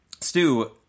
Stu